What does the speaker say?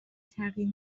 تغییر